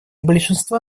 большинства